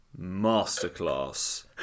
masterclass